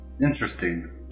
Interesting